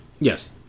Yes